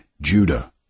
Judah